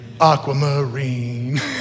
Aquamarine